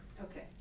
Okay